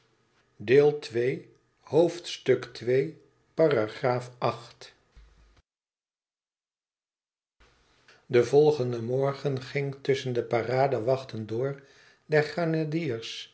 den volgenden morgen ging tusschen de paradewachten door